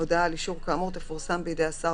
הודעה על אישור כאמור תפורסם בידי השר